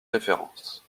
références